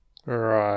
Right